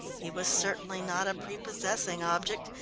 he was certainly not a prepossessing object,